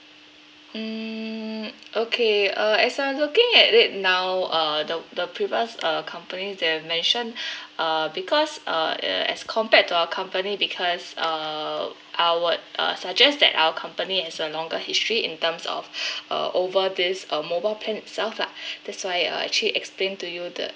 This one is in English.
mm okay err as I looking at it now uh the the previous uh company that I've mentioned uh because uh as compared to our company because uh I would uh suggest that our company as a longer history in terms of uh over this uh mobile plan itself lah that's why uh actually explain to you the